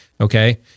Okay